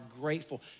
grateful